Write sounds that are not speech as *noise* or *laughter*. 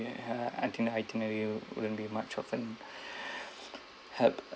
I think itinerary would be much often *breath* help